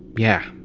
yeah,